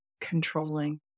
controlling